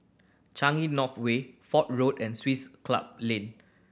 Changi North Way Fort Road and Swiss Club Lane